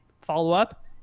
follow-up